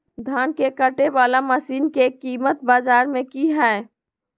धान के कटे बाला मसीन के कीमत बाजार में की हाय?